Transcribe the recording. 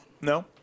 No